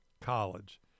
college